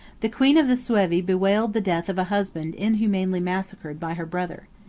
the queen of the suevi bewailed the death of a husband inhumanly massacred by her brother.